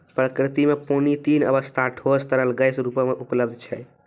प्रकृति म पानी तीन अबस्था ठोस, तरल, गैस रूपो म उपलब्ध छै